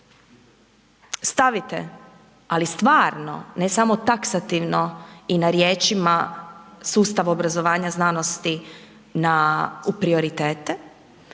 stavite, ali stvarno, ne samo taksativno i na riječima, sustav obrazovanja, znanosti u prioritete,